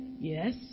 Yes